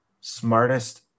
smartest